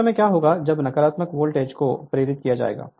उस समय क्या होगा जब नकारात्मक वोल्टेज को प्रेरित किया जाएगा